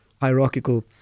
hierarchical